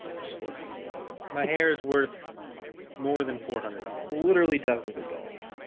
just listen my hair is worth more than four hundred dollars literally dozens of dollars